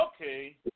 Okay